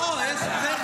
--- חבל על הזמן.